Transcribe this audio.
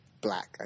black